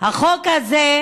הוא